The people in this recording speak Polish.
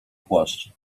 płaszcz